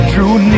drew